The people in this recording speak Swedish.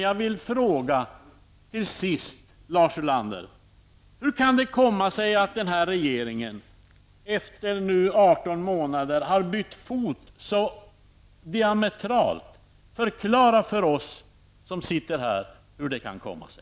Jag vill till sist fråga Lars Ulander: Hur kan det komma sig att regeringen efter 18 månader så diametralt har bytt fot? Förklara för oss som sitter här hur det kan komma sig!